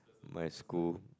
my school